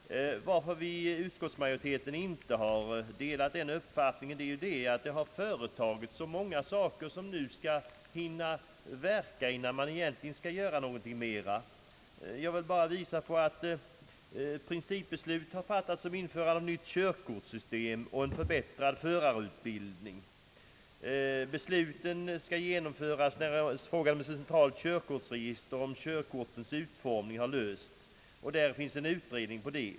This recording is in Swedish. Att utskottsmajoriteten inte delat denna uppfattning beror på att så mycket företagits, som skall hinna verka innan man kan göra någonting mera. Principbeslut har, som framgår av utskottets utlåtande, fattats om införande av nytt körkortssystem och förbättrad förarutbildning. Besluten skall genomföras när frågan om ett centralt körkortsregister och om körkortens utformning lösts. En utredning härom har tillsatts.